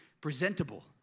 Presentable